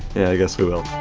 yeah, i guess we will